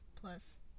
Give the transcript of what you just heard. Plus